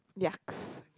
yucks